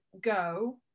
go